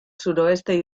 suroeste